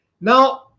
Now